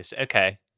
Okay